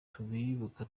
tubibuka